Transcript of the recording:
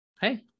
hey